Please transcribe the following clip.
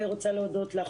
אני רוצה להודות לך,